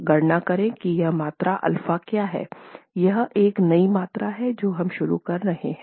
गणना करें कि यह मात्रा अल्फा क्या है यह एक नई मात्रा हैं जो हम शुरू कर रहे हैं